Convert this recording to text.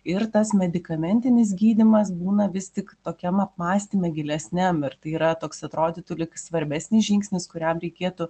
ir tas medikamentinis gydymas būna vis tik tokiam apmąstyme gilesniam ir tai yra toks atrodytų lyg svarbesnis žingsnis kuriam reikėtų